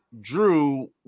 Drew